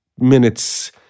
minutes